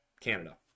canada